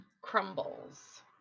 crumbles